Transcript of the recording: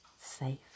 safe